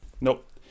Nope